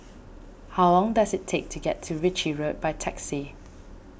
how long does it take to get to Ritchie Road by taxi